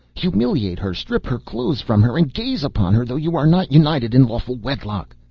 humiliate her, strip her clothes from her and gaze upon her though you are not united in lawful wedlock.